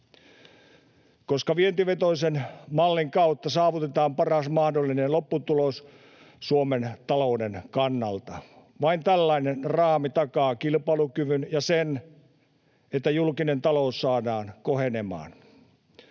koska vientivetoisen mallin kautta saavutetaan paras mahdollinen lopputulos Suomen talouden kannalta. Vain tällainen raami takaa kilpailukyvyn ja sen, että julkinen talous saadaan kohenemaan.